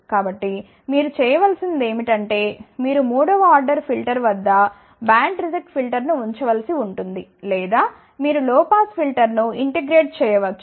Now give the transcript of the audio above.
కాబట్టి మీరు చేయవలసినది ఏమిటంటే మీరు మూడవ ఆర్డర్ ఫిల్టర్ వద్ద బ్యాండ్ రిజెక్ట్ ఫిల్టర్ను ఉంచవలసి ఉంటుంది లేదా మీరు లో పాస్ ఫిల్టర్ను ఇంటిగ్రేట్ చేయ వచ్చు